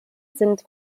sind